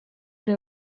ere